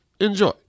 Enjoy